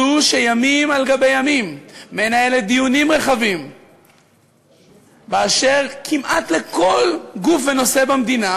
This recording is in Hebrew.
זו שימים על ימים מנהלת דיונים רחבים כמעט על כל גוף ונושא במדינה,